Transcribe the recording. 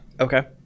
Okay